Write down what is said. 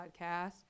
podcast